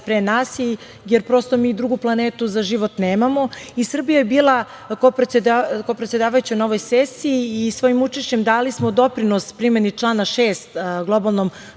pre nas, jer, prosto, mi drugu planetu za život nemamo. Srbija je bila kopredsedavajuća na ovoj sesiji i svojim učešćem dali smo doprinos primeni člana 6. globalnom